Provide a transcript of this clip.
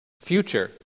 future